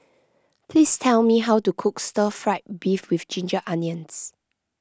please tell me how to cook Stir Fried Beef with Ginger Onions